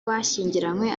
bashyingiranywe